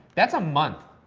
that's a month.